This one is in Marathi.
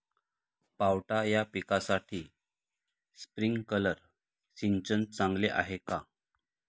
पावटा या पिकासाठी स्प्रिंकलर सिंचन चांगले आहे का?